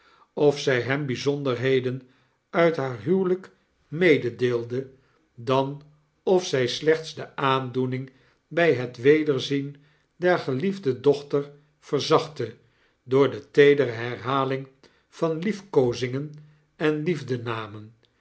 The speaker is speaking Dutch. of zj hem bijzonderheden uit haar huwelp mededeelde dan of zij slechts de aandoening bij het wederzien der geliefde dochter verzachtte door de teedere herhaling van liefkoozingen enliefdenamen